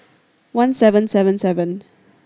one seven seven seven